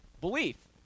belief